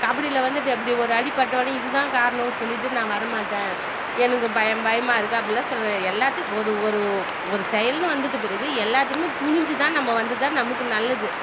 கபடியில் வந்துட்டு இப்படி ஒரு அடி பட்டவொடனே இதுதான் காரணம் சொல்லிட்டு நான் வரமாட்டேன் எனக்கு பயம் பயமாக இருக்குது அப்படில்லாம் சொல்லக் கூடாது எல்லாத்தையும் ஒரு ஒரு ஒரு செயல்னு வந்துவிட்ட பிறகு எல்லாத்துக்குமே துணிஞ்சு தான் நம்ம வந்து தான் நமக்கு நல்லது